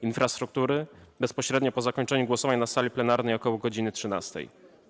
Infrastruktury - bezpośrednio po zakończeniu głosowań na sali plenarnej, ok. godz. 13.